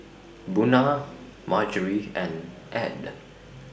Buna Margery and Add